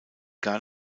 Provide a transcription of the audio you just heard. gar